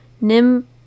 nim